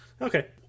okay